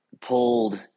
pulled